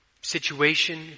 situation